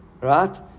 Right